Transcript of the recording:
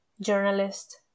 journalist